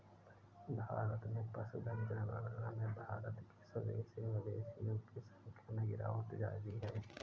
भारत में पशुधन जनगणना में भारत के स्वदेशी मवेशियों की संख्या में गिरावट जारी है